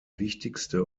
wichtigste